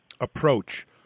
approach